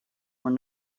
were